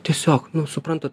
tiesiog nu supranta